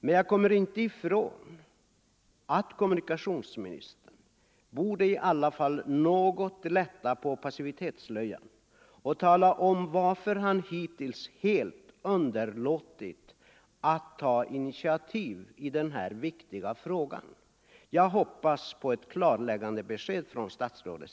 Men jag kan inte komma ifrån att jag tycker att kommunikationsministern något borde lätta på passivitetsslöjan och tala om varför han hittills helt underlåtit att ta initiativ i denna viktiga fråga. Jag hoppas få ett klarläggande besked från statsrådet.